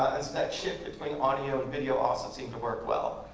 that shift between audio and video also seemed to work well.